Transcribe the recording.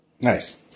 Nice